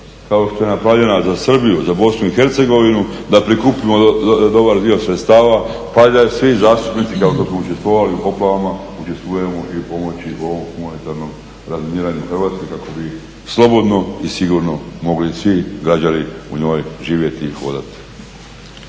kao što je napravljena za Srbiju za BiH da prikupimo dobar dio sredstava pa da svi zastupnici kao što smo učestvovali u poplavama, učestvujemo u pomoći u ovom humanitarnom razminiranju Hrvatske kako bi slobodno i sigurno mogli svi građani u njoj živjeti i hodati.